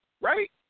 right